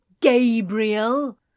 Gabriel